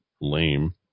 lame